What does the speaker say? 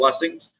blessings